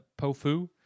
Pofu